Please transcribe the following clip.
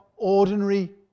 ordinary